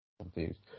confused